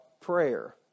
prayer